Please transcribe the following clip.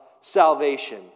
Salvation